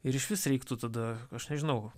ir išvis reiktų tada aš nežinau